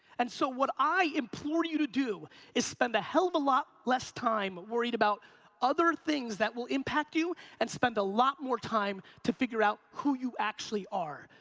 and so what i implore you to do is spend a hell of a lot less time worried about other things that will impact you and spend a lot more time to figure out who you actually are.